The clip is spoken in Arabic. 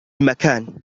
مكان